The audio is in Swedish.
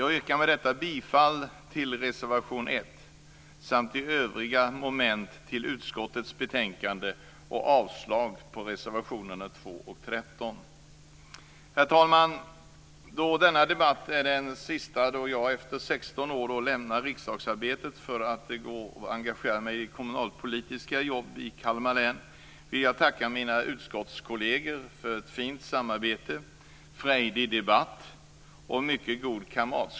Jag yrkar med det anförda bifall till reservation 1 och i övriga moment till hemställan i utskottets betänkande samt avslag på reservationerna Herr talman!